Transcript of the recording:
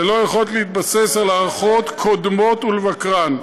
ללא יכולת להתבסס על הערכות קודמות ולבקרן.